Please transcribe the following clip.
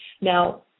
Now